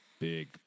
big